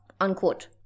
Unquote